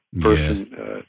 person